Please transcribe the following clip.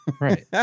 Right